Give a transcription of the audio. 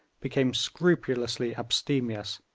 became scrupulously abstemious,